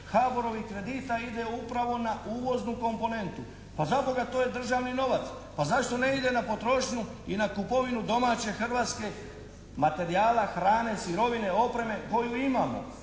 HABOR-ovih kredita ide upravo na uvoznu komponentu. Pa zaboga to je državni novac, pa zašto ne ide na potrošnju i na kupovinu domaće hrvatske materijala, hrane, sirovine, opreme koju imamo.